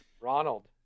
Ronald